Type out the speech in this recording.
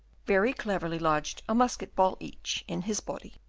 very cleverly lodged a musket-ball each in his body.